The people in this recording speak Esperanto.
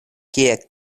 kie